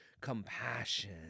compassion